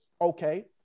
Okay